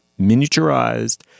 miniaturized